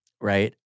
right